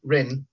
Rin